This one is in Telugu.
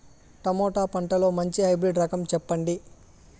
టమోటా పంటలో మంచి హైబ్రిడ్ రకం చెప్పండి?